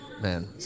Man